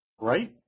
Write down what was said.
Right